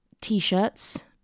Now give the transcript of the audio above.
t-shirts